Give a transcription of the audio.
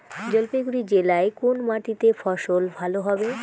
জলপাইগুড়ি জেলায় কোন মাটিতে ফসল ভালো হবে?